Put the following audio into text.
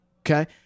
Okay